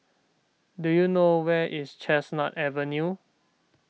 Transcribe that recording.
do you know where is Chestnut Avenue